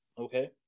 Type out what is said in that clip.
okay